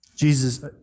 Jesus